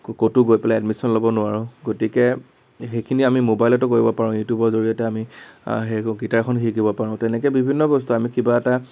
ক'তো গৈ পেলাই এডমিচন ল'ব নোৱাৰোঁ গতিকে সেইখিনি আমি ম'বাইলতো কৰিব পাৰোঁ ইউটিউবৰ জৰিয়তে আমি সেই কওঁ গীটাৰখন শিকিব পাৰোঁ তেনেকৈ বিভিন্ন বস্তু আমি কিবা এটা